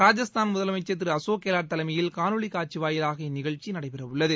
ராஜஸ்தான் முதலமைச்சர் திரு அசோக் கெலாட் தலைமையில் காணொலி காட்சி வாயிவாக இந்நிகழ்ச்சி நடைபெறவுள்ளது